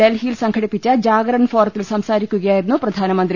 ഡൽഹിയിൽ സംഘടിപ്പിച്ച ജാഗരൺ ഫോറത്തിൽ സംസാ രിക്കുകയായിരുന്നു പ്രധാനമന്ത്രി